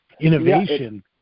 innovation